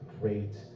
great